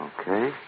Okay